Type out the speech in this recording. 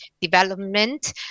development